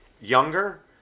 younger